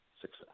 success